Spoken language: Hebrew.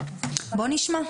בוא נשמע.